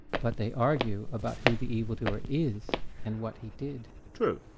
but they argue about who the evil-doer is, and what he did? true.